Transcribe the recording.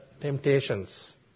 temptations